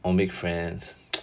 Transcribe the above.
oh make friends